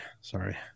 Sorry